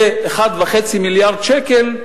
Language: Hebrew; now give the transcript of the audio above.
כ-1.5 מיליארד שקל,